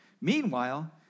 Meanwhile